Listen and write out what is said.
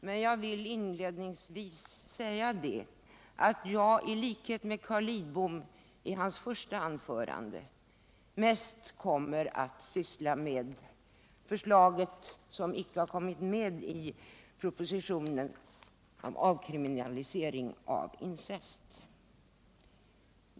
Men jag vill inledningsvis säga att jag i likhet med Carl Lidbom i dennes första anförande mest kommer att syssla med förslaget som icke har kommit med i propositionen om avkriminalisering av incest.